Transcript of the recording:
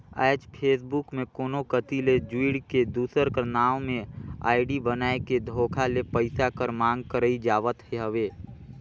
आएज फेसबुक में कोनो कती ले जुइड़ के, दूसर कर नांव में आईडी बनाए के धोखा ले पइसा कर मांग करई जावत हवे